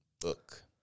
book